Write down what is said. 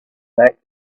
back